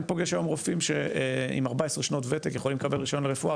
אני פוגש היום רופאים עם 14 שנות ותק ויכולים לקבל רישיון לרפואה,